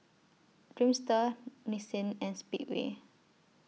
Dreamster Nissin and Speedway